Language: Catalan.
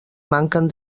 manquen